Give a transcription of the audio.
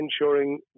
ensuring